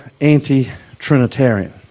anti-Trinitarian